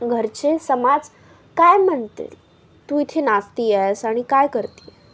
घरचे समाज काय म्हणतील तू इथे नाचते आहेस आणि काय करते आहे